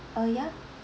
uh ya